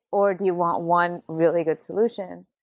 or do you want one really good solution?